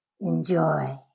Enjoy